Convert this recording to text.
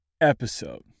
episode